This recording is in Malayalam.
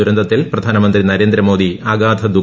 ദുരന്തത്തിൽ പ്രധാനമന്ത്രി നരേന്ദ്രമോദി അഗാധ ദ്ദു